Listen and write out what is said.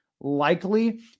likely